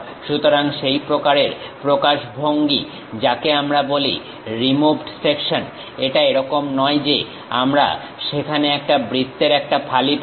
সুতরাং সেই প্রকারের প্রকাশভঙ্গি যাকে আমরা বলি রিমুভড সেকশন এটা এরকম নয় যে আমরা সেখানে একটা বৃত্তের একটা ফালি পাবো